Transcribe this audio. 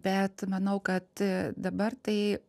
bet manau kad dabar tai